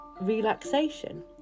relaxation